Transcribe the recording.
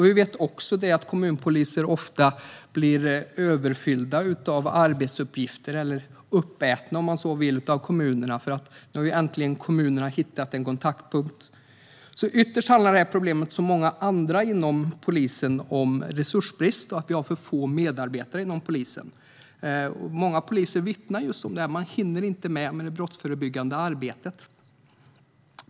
Vi vet också att kommunpoliser ofta blir överlastade med arbetsuppgifter - eller uppätna om man så vill - av kommunerna, som äntligen hittat en kontaktpunkt. Ytterst handlar detta problem som så många andra inom polisen om resursbrist och att det finns för få medarbetare inom polisen. Många poliser vittnar om det här. Man hinner inte med det brottsförebyggande arbetet.